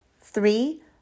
Three